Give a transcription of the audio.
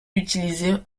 utilisé